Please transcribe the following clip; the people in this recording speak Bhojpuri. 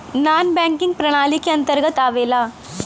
नानॅ बैकिंग प्रणाली के अंतर्गत आवेला